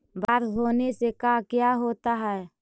बाढ़ होने से का क्या होता है?